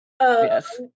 Yes